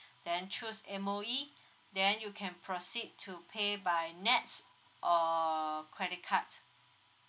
then choose M_O_E then you can proceed to pay by nets or credit cards